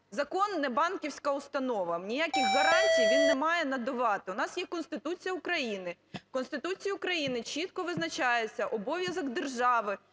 закон – не банківська установа, ніяких гарантій він не має надавати. В нас є Конституція України. В Конституції України чітко визначається обов'язок держави